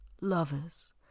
lovers